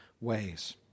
ways